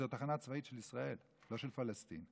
וזאת תחנה צבאית של ישראל, לא של פלסטין.